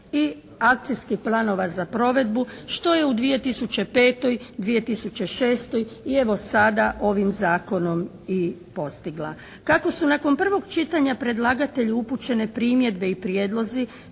i akcijskih planova za provedbu što je u 2005., 2006. i evo sada ovim zakonom i postigla. Kako su nakon prvog čitanja predlagatelju upućene primjedbe i prijedlozi